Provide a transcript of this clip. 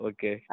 Okay